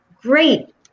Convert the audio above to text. great